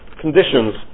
conditions